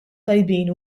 tajbin